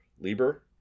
lieber